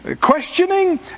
questioning